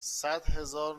صدهزار